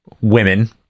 women